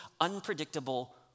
unpredictable